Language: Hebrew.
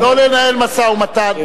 לא לנהל משא-ומתן.